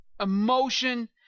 emotion